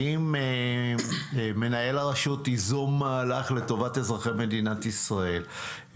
אם מנהל הרשות ייזום מהלך לטובת אזרחי מדינת ישראל,